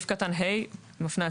הוספנו את